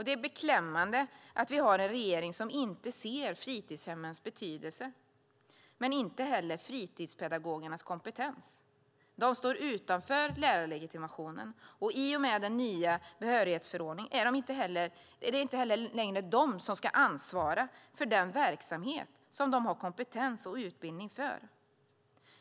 Det är beklämmande att vi har en regering som inte ser fritidshemmens betydelse men inte heller fritidspedagogernas kompetens. De står utanför lärarlegitimationen, och i och med den nya behörighetsförordningen är det inte längre de som ska ansvara för den verksamhet som de har kompetens och utbildning för.